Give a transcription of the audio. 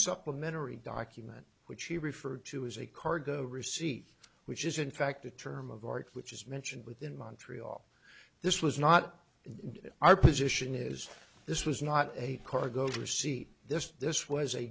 supplementary document which he referred to as a cargo receipt which is in fact the term of art which is mentioned within montreal this was not in our position is this was not a cargo receipt this this was a